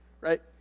right